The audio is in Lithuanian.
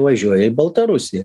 važiuoja į baltarusiją